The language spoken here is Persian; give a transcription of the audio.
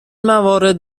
موارد